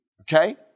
okay